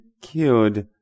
killed